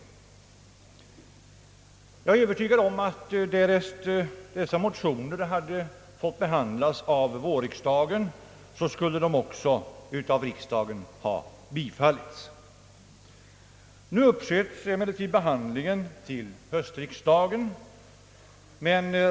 Jag är övertygad om att dessa motioner, därest de hade blivit behandlade av vårriksdagen, även skulle ha bifallits av riksdagen. Nu uppsköts behandlingen av motionerna till höstriksdagen.